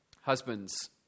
Husbands